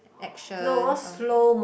actions or